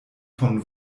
von